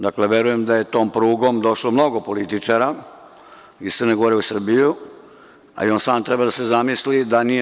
Dakle, verujem da je tom prugom došlo mnogo političara iz Crne Gore u Srbiju, a i on sam treba da se zamisli da nije